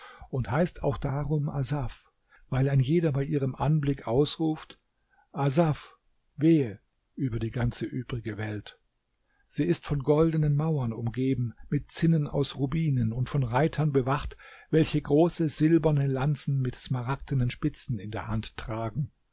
und heißt auch darum asaf weil ein jeder bei ihrem anblick ausruft asaf wehe über die ganze übrige welt sie ist von goldenen mauern umgeben mit zinnen aus rubinen und von reitern bewacht welche große silberne lanzen mit smaragdenen spitzen in der hand tragen